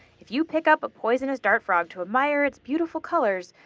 if you pick up a poisonous dart frog to admire its beautiful colors,